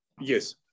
Yes